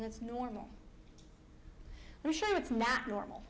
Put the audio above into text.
and it's normal i'm sure it's not normal